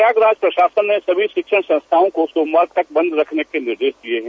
प्रयागराज प्रशासन ने सभी शिक्षण संस्थाओं को सोमवार तक बंद रखने के निर्देश दिये है